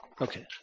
okay